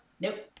nope